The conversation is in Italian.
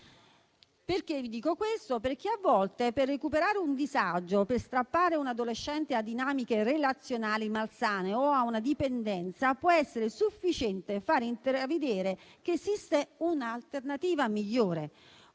Perché vi dico questo? Perché a volte, per recuperare un disagio e per strappare un adolescente a dinamiche relazionali malsane o a una dipendenza può essere sufficiente far intravedere che esiste un'alternativa migliore,